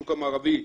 השוק המערבי,